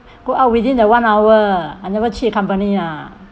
go out within the one hour I never cheat company lah